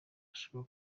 ashaka